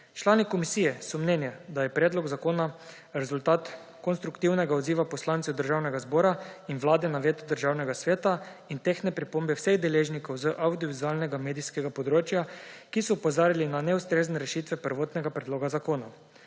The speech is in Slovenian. Člani komisije so mnenja, da je predlog zakona rezultat konstruktivnega odziva poslancev Državnega zbora in Vlade na veto Državnega sveta in tehtne pripombe vseh deležnikov z avdiovizualnega medijskega področja, ki so opozarjali na neustrezne rešitve prvotnega predloga zakona.